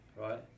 Right